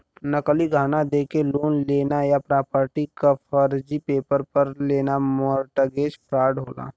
नकली गहना देके लोन लेना या प्रॉपर्टी क फर्जी पेपर पर लेना मोर्टगेज फ्रॉड होला